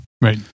Right